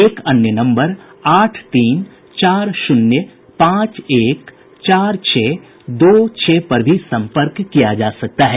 एक अन्य नम्बर आठ तीन चार शून्य पांच एक चार छह दो छह पर भी सम्पर्क किया जा सकता है